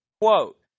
quote